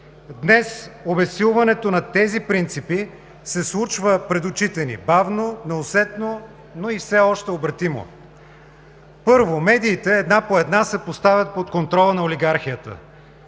Днес обезсилването на тези принципи се случва пред очите ни – бавно, неусетно, но и все още обратимо. Първо, медиите една по една се поставят под контрола на олигархията